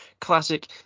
classic